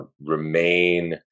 remain